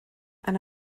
and